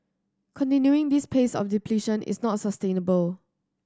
continuing this pace of depletion is not sustainable